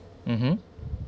mmhmm